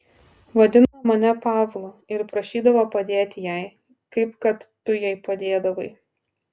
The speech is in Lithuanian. vadino mane pavlu ir prašydavo padėti jai kaip kad tu jai padėdavai